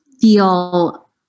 feel